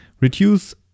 reduce